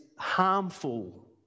harmful